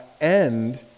end